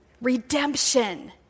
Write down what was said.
redemption